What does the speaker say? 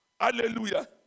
Hallelujah